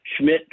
Schmidt